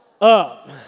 up